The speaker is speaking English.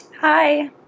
Hi